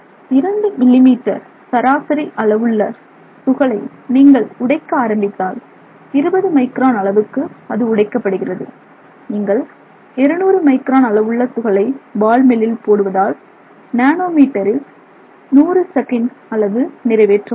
2 millimetre சராசரி அளவுள்ள துகளை நீங்கள் உடைக்க ஆரம்பித்தால் 20 மைக்ரான் அளவுக்கு அது உடைக்கப்படுகிறது நீங்கள் 200 மைக்ரான் அளவுள்ள துகளை பால் மில்லில் போடுவதால் நானோ மீட்டரில் 100s அளவு நிறைவேற்ற முடியும்